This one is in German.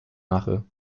mache